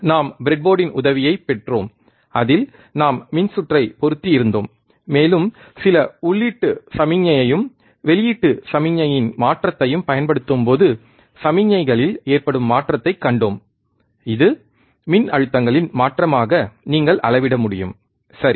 நாம் பிரெட் போர்டின் உதவியைப் பெற்றோம் அதில் நாம் மின் சுற்றை பொருத்தி இருந்தோம் மேலும் சில உள்ளீட்டு சமிக்ஞையையும் வெளியீட்டு சமிக்ஞையின் மாற்றத்தையும் பயன்படுத்தும்போது சமிக்ஞைகளில் ஏற்படும் மாற்றத்தைக் கண்டோம் இது மின்னழுத்தங்களின் மாற்றமாக நீங்கள் அளவிட முடியும் சரி